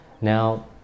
Now